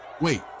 Wait